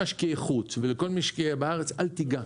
משקיעי חוץ ולכל משקיע בארץ שנה וחצי אל תיגע,